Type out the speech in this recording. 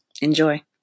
Enjoy